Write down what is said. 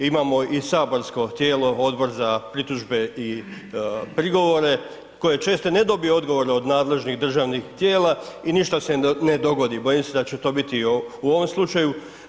Imamo i saborsko tijelo, Odbor za pritužbe i prigovore koje često i ne dobije od nadležnih državnih tijela i ništa se ne dogodi, bojim se da će to biti i u ovom slučaju.